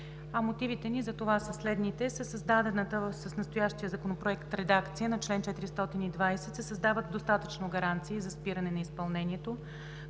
Мотивите ни затова са следните. Със създадената в настоящия законопроект редакция на чл. 420 се създават достатъчно гаранции за спиране на изпълнението.